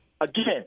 Again